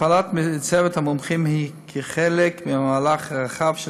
הפעלת צוות המומחים היא חלק ממהלך רחב של